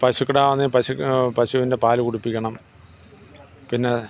പശുക്കിടാവിനെ പശു പശുവിൻ്റെ പാല് കുടിപ്പിക്കണം പിന്നെ